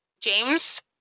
James